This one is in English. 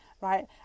right